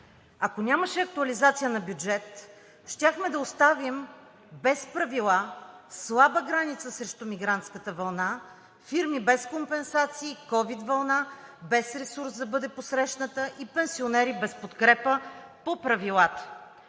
Ако нямаше актуализация на бюджет, щяхме да оставим без правила слаба граница срещу мигрантската вълна, фирми без компенсации, ковид вълна без ресурс да бъде посрещната и пенсионери без подкрепа по правилата.